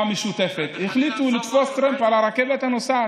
המשותפת יחליטו לתפוס טרמפ על הרכבת הנוסעת,